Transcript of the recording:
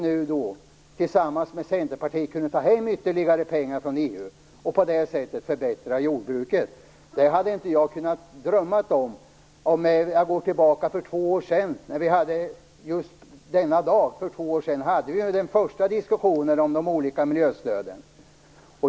Det har gjort att vi tillsammans med Centerpartiet kunde ta hem ytterligare pengar från EU och på det sättet förbättra jordbruket. Det hade inte jag kunnat drömma om för två år sedan. Just denna dag för två år sedan hade vi den första diskussionen om de olika miljöstöden.